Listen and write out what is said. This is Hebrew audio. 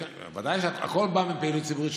הכול בא מפעילות ציבורית.